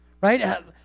right